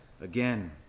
again